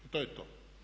To je to.